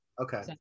okay